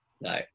no